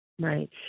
Right